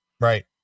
Right